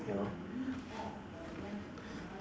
you know